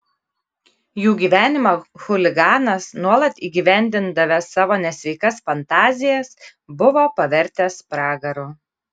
jų gyvenimą chuliganas nuolat įgyvendindavęs savo nesveikas fantazijas buvo pavertęs pragaru